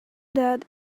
that